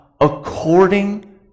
according